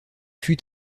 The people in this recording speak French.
fut